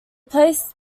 placed